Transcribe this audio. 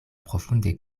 profunde